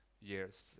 years